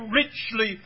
richly